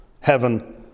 heaven